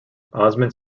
osman